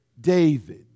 David